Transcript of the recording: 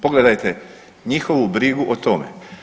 Pogledajte njihovu brigu o tome.